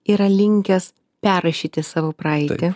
yra linkęs perrašyti savo praeitį